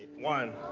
one